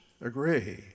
agree